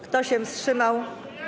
Kto się wstrzymał?